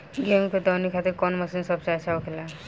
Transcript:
गेहु के दऊनी खातिर कौन मशीन सबसे अच्छा होखेला?